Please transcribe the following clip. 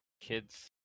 Kids